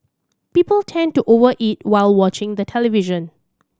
people tend to over eat while watching the television